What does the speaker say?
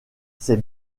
ces